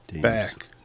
back